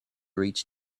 reach